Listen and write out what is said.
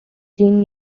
jean